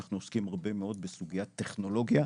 אנחנו עוסקים הרבה מאוד בסוגית טכנולוגיה,